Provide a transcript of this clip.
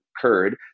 occurred